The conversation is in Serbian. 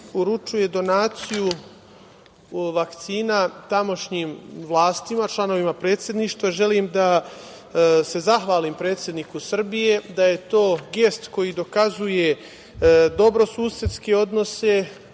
uručuje donaciju vakcina tamošnjim vlastima, članovima predsedništva. Želim da se zahvalim predsedniku Srbije, da je to gest koji dokazuje dobrosusedske odnose,